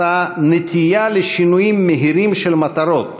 מצאה "נטייה לשינויים מהירים של מטרות,